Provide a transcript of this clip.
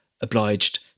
obliged